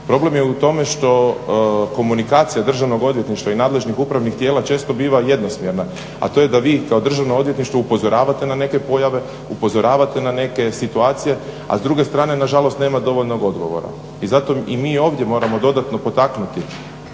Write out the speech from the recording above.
Problem je u tome što komunikacija Državnog odvjetništva i nadležnih upravnih tijela često biva jednosmjerna, a to je da vi kao Državno odvjetništvo upozoravate na neke pojave, upozoravate na neke situacije, a s druge strane nažalost nema dovoljnog odgovora. I zato i mi ovdje moramo dodatno potaknuti